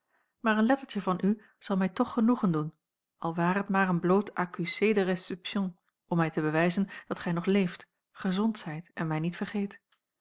maar een lettertje van u zal mij toch genoegen doen al ware t maar een bloot accusé de reception om mij te bewijzen dat gij nog leeft gezond zijt en mij niet vergeet